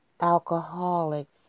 alcoholics